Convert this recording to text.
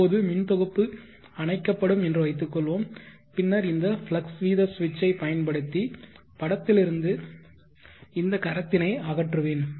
இப்போது மின்தொகுப்பு அணைக்கப்படும் என்று வைத்துக்கொள்வோம் பின்னர் இந்த ஃப்ளக்ஸ் வீத சுவிட்சைப் பயன்படுத்தி படத்திலிருந்து இந்த கரத்தினை அகற்றுவேன்